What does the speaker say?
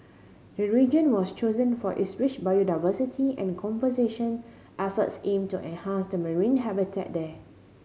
the region was chosen for its rich biodiversity and conservation efforts aim to enhance to marine habitat there